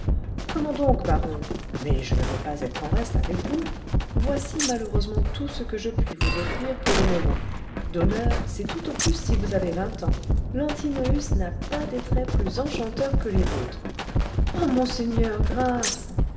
comment donc baron mais je ne veux pas être en reste avec vous voici malheureusement tout ce que je puis vous offrir pour le moment d'honneur c'est tout au plus si vous avez vingt ans l'antinoüs n'a pas des traits plus enchanteurs que les vôtres ah monseigneur grâce